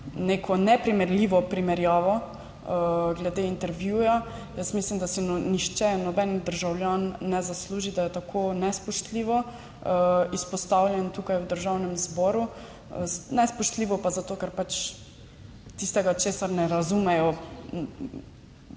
neko neprimerljivo primerjavo glede intervjuja. Jaz mislim, da si nihče, noben državljan ne zasluži, da je tako nespoštljivo izpostavljen tukaj v Državnem zboru. Nespoštljivo pa zato, ker pač tistega, česar ne razumejo,